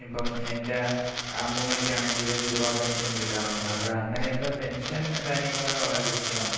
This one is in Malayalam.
ഇപ്പം എൻ്റെ അമ്മൂമ്മയ്ക്കാണെങ്കിലും വിധവാ പെൻഷൻ കിട്ടാറുണ്ട് അപ്പോൾ അങ്ങനെയൊക്കെ പെൻഷൻ കാര്യങ്ങൾ വളരെ കൃത്യമാണ്